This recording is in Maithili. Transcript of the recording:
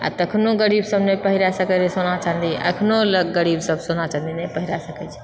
आ तखनो गरीबसभ नहि पहिरऽ सकैत रहय सोना चाँदी अखनो लोग गरीबसभ सोना चाँदी नहि पहिर सकैत छै